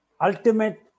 Ultimate